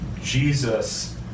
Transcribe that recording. Jesus